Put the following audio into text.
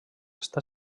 està